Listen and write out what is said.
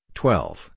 twelve